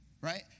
right